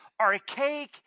archaic